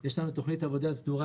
יש לנו תוכנית עבודה סדורה,